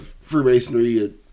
Freemasonry